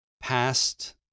past